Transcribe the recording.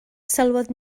sylwodd